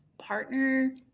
partner